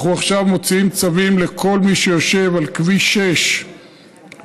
אנחנו עכשיו מוציאים צווים לכל מי שיושב על כביש 6 דרומה,